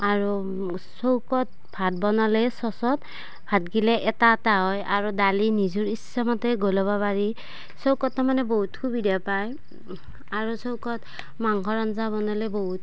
আৰু চৌকাত ভাত বনালে চচত ভাতগিলা এটা এটা হয় আৰু দালি নিজৰ ইচ্ছামতে গলাব পাৰি চৌকাত তাৰ মানে বহুত সুবিধা পায় আৰু চৌকাত মাংসৰ আঞ্জা বনালে বহুত